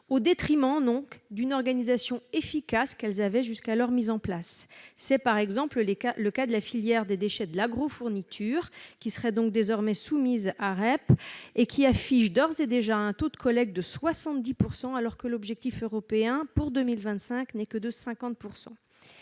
au détriment d'une organisation efficace qu'elles avaient jusqu'alors mise en place. C'est par exemple le cas de la filière des déchets de l'agrofourniture, qui affiche d'ores et déjà un taux de collecte de 70 % alors que l'objectif européen pour 2025 n'est que de 50 %.